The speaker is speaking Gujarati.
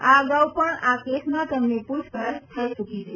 આ અગાઉ પણ આ કેસમાં તેમની પૂછપરછ થઈ ચૂકી છે